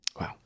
Wow